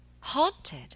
Haunted